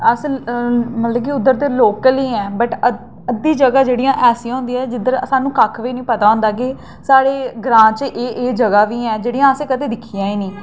अस मतलब उद्धर दे लोकल ई ऐं पर अद्धियां जगह ऐसियां होंदियां जेह्दा असेंगी कक्ख बी निं पता होंदा ऐ के साढ़े ग्रांऽ च एह् एह् जगह बी है'न जेह्ड़ियां असें कदें दिक्खियां गै नेईं